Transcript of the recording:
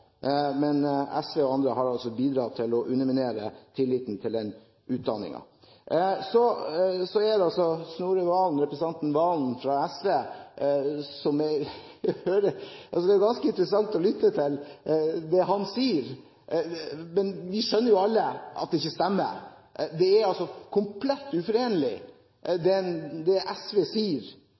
Men SV og andre har altså bidratt til å underminere tilliten til den utdanningen. Så til representanten Snorre Serigstad Valen fra SV: Det er ganske interessant å lytte til det han sier, men vi skjønner jo alle at det ikke stemmer. Det er komplett uforenlig det SV sier